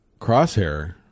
Crosshair